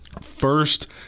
first